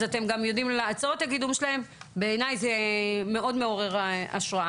אז אתם יודעים לעצור את הקידום שלהם בעיניי זה מאוד מעורר השראה.